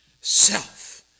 Self